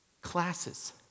classes